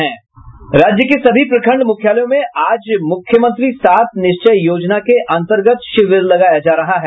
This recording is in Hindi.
राज्य के सभी प्रखंड मुख्यालयों में आज मुख्यमंत्री सात निश्चय योजना के अन्तर्गत शिविर लगाया जा रहा है